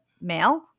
mail